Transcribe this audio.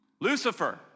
Lucifer